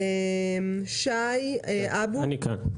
שי אבו, בבקשה.